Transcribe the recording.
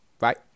right